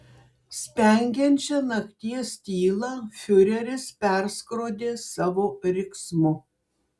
spengiančią nakties tylą fiureris perskrodė savo riksmu